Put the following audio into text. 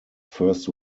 first